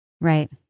Right